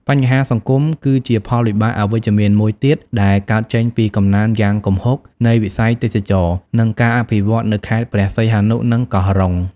បញ្ហាសង្គម គឺជាផលវិបាកអវិជ្ជមានមួយទៀតដែលកើតចេញពីកំណើនយ៉ាងគំហុកនៃវិស័យទេសចរណ៍ និងការអភិវឌ្ឍន៍នៅខេត្តព្រះសីហនុ និងកោះរ៉ុង។